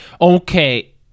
okay